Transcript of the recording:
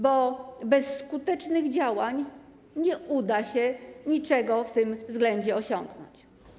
Bo bez skutecznych działań nie uda się niczego w tym względzie osiągnąć.